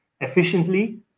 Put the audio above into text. efficiently